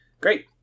Great